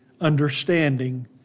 understanding